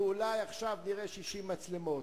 ואולי עכשיו נראה 60 מצלמות,